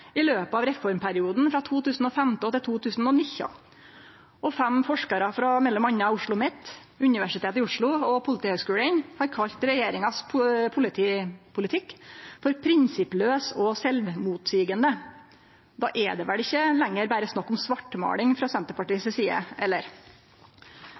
i løpet av reformperioden frå 2015 til 2019. Fem forskarar frå m.a. OsloMet, Universitetet i Oslo og Politihøgskolen har kalla politipolitikken til regjeringa «prinsippløs og selvmotsigende». Då er det vel ikkje lenger berre snakk om svartmåling frå